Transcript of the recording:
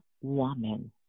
woman